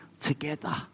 together